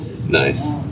Nice